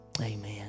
Amen